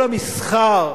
כל המסחר,